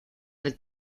del